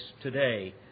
today